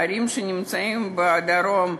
ערים שנמצאות בדרום,